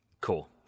Cool